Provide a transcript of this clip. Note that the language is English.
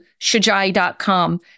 Shajai.com